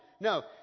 No